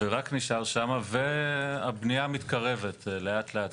ורק נשאר שם, והבנייה מתקרבת לאט לאט.